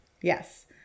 Yes